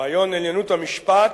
"רעיון 'עליונות המשפט'